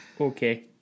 okay